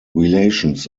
relations